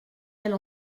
elle